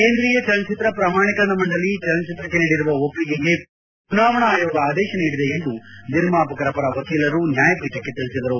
ಕೇಂದ್ರೀಯ ಚಲನಚಿತ್ರ ಪ್ರಮಾಣೀಕರಣ ಮಂಡಳಿ ಚಲನಚಿತ್ರಕ್ಕೆ ನೀಡಿರುವ ಒಪ್ಪಿಗೆಗೆ ವ್ಯತಿರಿಕ್ತವಾಗಿ ಚುನಾವಣಾ ಆಯೋಗ ಆದೇಶ ನೀಡಿದೆ ಎಂದು ನಿರ್ಮಾಪಕರ ಪರ ವಕೀಲರು ನ್ಲಾಯಪೀಠಕ್ಕೆ ತಿಳಿಸಿದರು